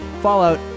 Fallout